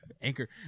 Anchor